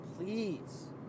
Please